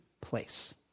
place